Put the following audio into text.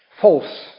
False